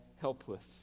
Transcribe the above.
helpless